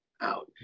out